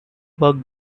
work